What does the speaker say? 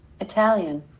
Italian